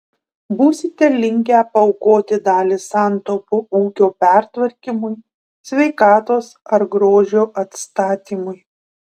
būsite linkę paaukoti dalį santaupų ūkio pertvarkymui sveikatos ar grožio atstatymui